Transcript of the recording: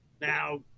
Now